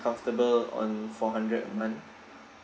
comfortable on four hundred a month